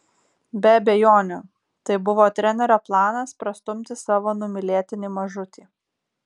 be abejonių tai buvo trenerio planas prastumti savo numylėtinį mažutį